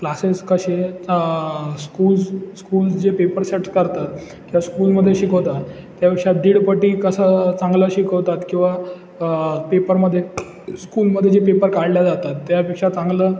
classes कसे schools schools जे paper set करतात किंवा स्कूलमध्ये शिकवतात त्यापेक्षा दीडपट कसं चांगलं शिकवतात किंवा पेपरमध्ये स्कूलमध्ये जे पेपर काढल्या जातात त्यापेक्षा चांगलं